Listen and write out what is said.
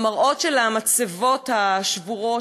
המראות של המצבות השבורות,